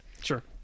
sure